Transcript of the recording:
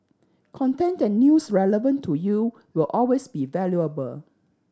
content and news relevant to you will always be valuable